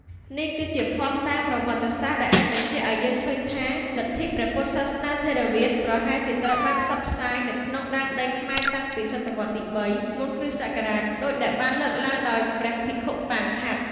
នេះគឺជាភស្តុតាងប្រវត្តិសាស្ត្រដែលអាចបញ្ជាក់ឱ្យយើងឃើញថា លទ្ធិព្រះពុទ្ធសាសនាថេរវាទប្រហែលជាត្រូវបានផ្សព្វផ្សាយនៅក្នុងដែនដីខ្មែរតាំងពី សតវត្សរ៍ទី ៣ មុនគ.ស. ដូចដែលបានលើកឡើងដោយ ព្រះភិក្ខុប៉ាង ខាត់។